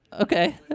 Okay